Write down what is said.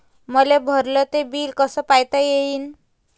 मले भरल ते बिल कस पायता येईन?